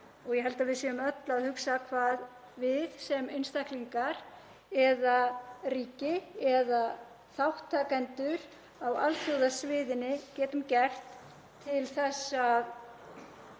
og ég held að við séum öll að hugsa hvað við sem einstaklingar eða ríki eða þátttakendur á alþjóðasviðinu getum gert til þess að